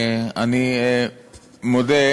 אני מודה,